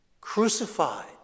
crucified